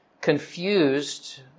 confused